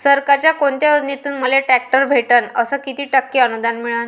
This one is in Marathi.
सरकारच्या कोनत्या योजनेतून मले ट्रॅक्टर भेटन अस किती टक्के अनुदान मिळन?